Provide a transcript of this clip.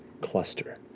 cluster